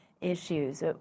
issues